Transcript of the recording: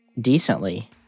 decently